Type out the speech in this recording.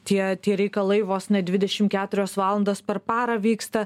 tie tie reikalai vos ne dvidešim keturias valandas per parą vyksta